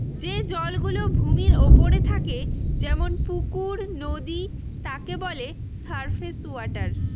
যে জল গুলো ভূমির ওপরে থাকে যেমন পুকুর, নদী তাকে বলে সারফেস ওয়াটার